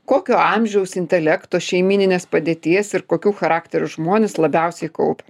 kokio amžiaus intelekto šeimyninės padėties ir kokių charakterių žmonės labiausiai kaupia